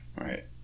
Right